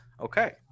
Okay